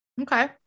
Okay